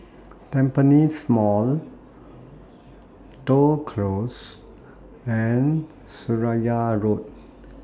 Tampines Mall Toh Close and Seraya Road